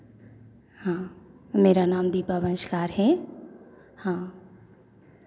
हाँ मेरा नाम दीपा वंशकार है हाँ